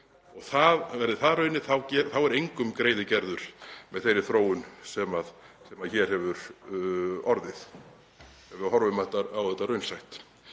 og annað. Verði það raunin þá er engum greiði gerður með þeirri þróun sem hér hefur orðið, ef við horfum á þetta raunsætt.